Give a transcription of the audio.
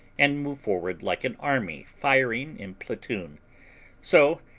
and move forward like an army firing in platoon so,